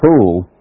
pool